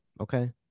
Okay